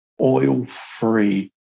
oil-free